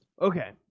Okay